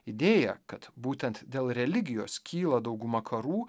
idėja kad būtent dėl religijos kyla dauguma karų